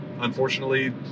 unfortunately